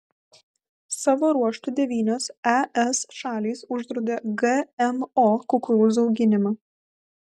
savo ruožtu devynios es šalys uždraudė gmo kukurūzų auginimą